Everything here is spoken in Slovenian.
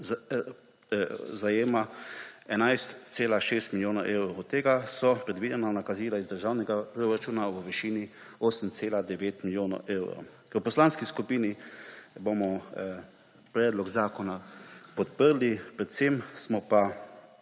zajema 11,6 milijona evrov. Od tega so predvidena nakazila iz državnega proračuna v višini 8,9 milijona evrov. V poslanski skupini bomo predlog zakona podprli. Predvsem smo pa